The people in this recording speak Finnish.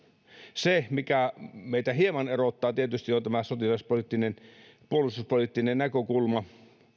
se mikä meitä tietysti hieman erottaa on tämä sotilaspoliittinen puolustuspoliittinen näkökulma